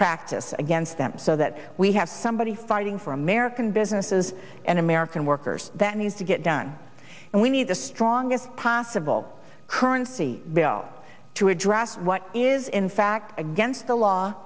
practices against them so that we have somebody fighting for american businesses and american workers that need to get done and we need the strongest possible currency bill to address what is in fact against the law